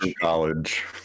College